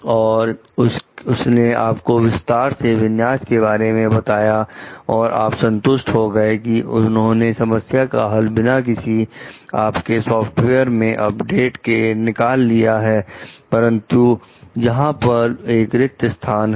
और उसने आपको विस्तार से विन्यास के बारे में बताया और आप संतुष्ट हो गए कि उन्होंने समस्या का हल बिना किसी आपके सॉफ्टवेयर मे अपडेट के हल निकाल दिया परंतु जहां पर एक रिक्त स्थान है